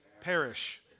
Perish